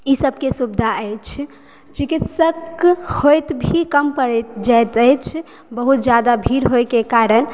ई सबके सुविधा अछि चिकित्सक होयत भी कम परि जाइत अछि बहुत ज़्यादा भीड़ होइ के कारण